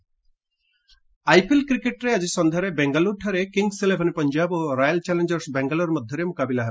IPL IPL କ୍ରିକେଟ୍ରେ ଆଜି ସଂଧ୍ୟାରେ ବେଙ୍ଗାଲୁରୁଠାରେ କିଙ୍ଗି ଇଲେଭେନ ପଞ୍ଜାବ ଓ ରୟାଲ ଚ୍ୟାଲେଞ୍ଜର୍ସ ବାଙ୍ଗାଲୋର ମଧ୍ୟରେ ମୁକାବିଲା ହେବ